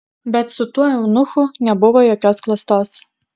bet su tuo eunuchu nebuvo jokios klastos